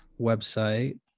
website